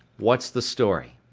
what's the story?